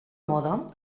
moda